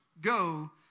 go